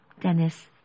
Dennis